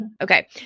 Okay